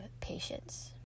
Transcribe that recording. patience